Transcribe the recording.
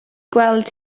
gweld